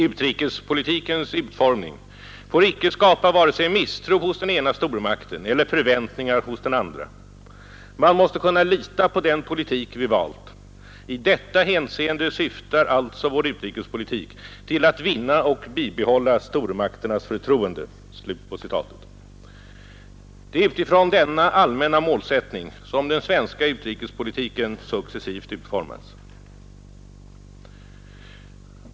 Utrikespolitikens utformning får icke skapa vare sig misstro hos den ena stormakten eller förväntningar hos den andra. Man måste kunna lita på den politik vi valt. I detta hänseende syftar alltså vår utrikespolitik till att vinna och bibehålla stormakternas förtroende.” Det är utifrån denna allmänna målsättning som den svenska utrikespolitiken successivt utformas.